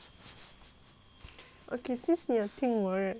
okay since 你有听我 right